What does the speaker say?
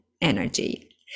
energy